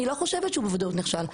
אני לא חושבת שהוא בוודאות נכשל.